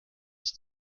ist